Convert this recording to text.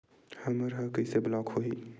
हमर ह कइसे ब्लॉक होही?